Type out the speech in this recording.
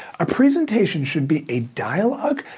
a presentation should be a dialogue,